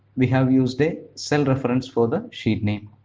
we have used a cell reference for the sheet name.